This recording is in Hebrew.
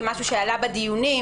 זה משהו שעלה בדיונים.